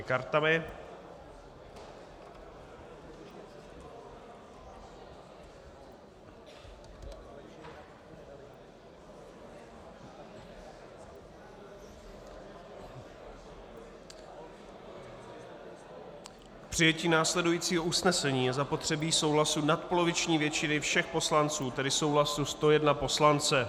K přijetí následujícího usnesení je zapotřebí souhlasu nadpoloviční většiny všech poslanců, tedy souhlasu 101 poslance.